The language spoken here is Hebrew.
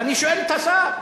ואני שואל את השר,